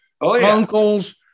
uncles